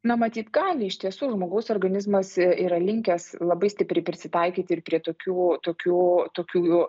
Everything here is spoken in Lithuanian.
na matyt gali iš tiesų žmogaus organizmas yra linkęs labai stipriai prisitaikyti ir prie tokių tokių tokių